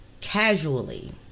casually